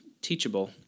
teachable